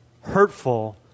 hurtful